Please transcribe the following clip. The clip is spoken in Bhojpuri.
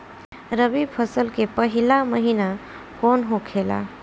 रबी फसल के पहिला महिना कौन होखे ला?